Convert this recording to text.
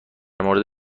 مورد